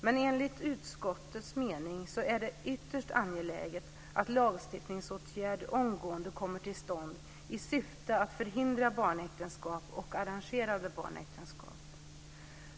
Men enligt utskottets mening är det ytterst angeläget att lagstiftningsåtgärder omgående kommer till stånd i syfte att förhindra barnäktenskap och arrangerade äktenskap.